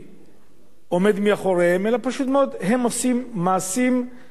אלא פשוט מאוד הם עושים מעשים של מהומות.